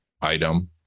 item